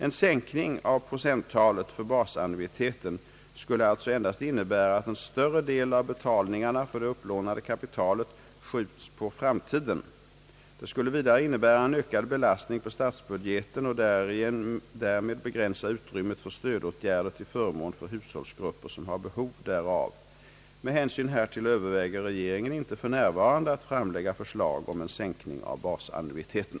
En sänkning av procenttalet för basannuiteten skulle alltså endast innebära att en större del av betalningarna för det upplånade kapitalet skjuts på framtiden. Det skulle vidare innebära en ökad belastning på statsbudgeten och därmed begränsa utrymmet för stödåtgärder till förmån för hushållsgrupper som har behov därav. Med hänsyn härtill överväger regeringen inte f.n. att framlägga förslag om en sänkning av basannuiteten.